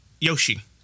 Yoshi